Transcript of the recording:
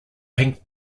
pink